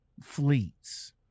Fleets